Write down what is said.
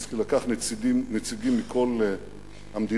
ז'בוטינסקי לקח נציגים מכל המדינות